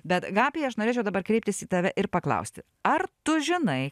bet gabija aš norėčiau dabar kreiptis į tave ir paklausti ar tu žinai